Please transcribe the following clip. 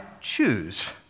choose